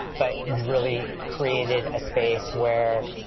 but really created a space where